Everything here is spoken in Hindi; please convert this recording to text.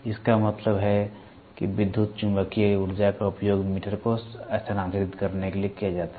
इसका मतलब है कि विद्युत चुम्बकीय ऊर्जा का उपयोग मीटर को स्थानांतरित करने के लिए किया जाता है